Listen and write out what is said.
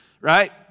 right